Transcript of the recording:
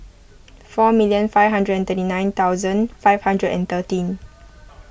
four million five hundred and thirty nine thousand five hundred and thirteen